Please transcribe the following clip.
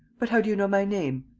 but how do you know my name?